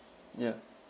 yeah